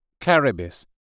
caribis